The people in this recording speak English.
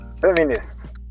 Feminists